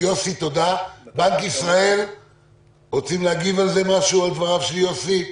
בנק ישראל רוצים להגיב על דבריו של יוסי?